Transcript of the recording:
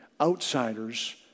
outsiders